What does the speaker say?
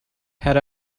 had